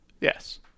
Yes